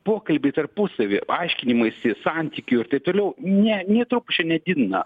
pokalbiai tarpusavy aiškinimaisi santykių ir taip toliau nė nė trupučio nedidina